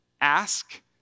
ask